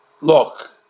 Look